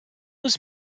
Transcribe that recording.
was